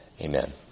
Amen